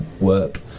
work